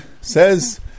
says